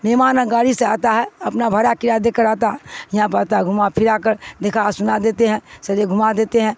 مہمانہ گاڑی سے آتا ہے اپنا بھڑا کرڑا دے کر آتا ہے یہاں پر آتا ہے گھما پھرا کر دیکھا سنا دیتے ہیں سرے گھما دیتے ہیں